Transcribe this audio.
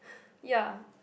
ya